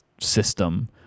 system